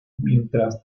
mientras